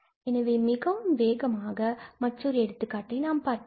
எனவே மிகவும் வேகமாக மற்றொரு எடுத்துக்காட்டை நாம் பார்க்கலாம்